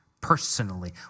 personally